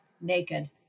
naked